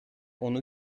onu